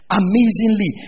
amazingly